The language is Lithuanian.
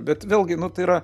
bet vėlgi nu tai yra